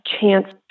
chance